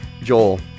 Joel